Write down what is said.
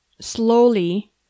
slowly